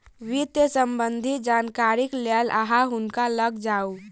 वित्त सम्बन्धी जानकारीक लेल अहाँ हुनका लग जाऊ